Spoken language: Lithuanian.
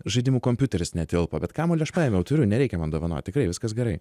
žaidimų kompiuteris netilpo bet kamuolį aš paėmiau turiu nereikia man dovanot tikrai viskas gerai